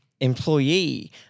employee